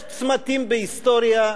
יש צמתים בהיסטוריה,